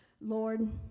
Lord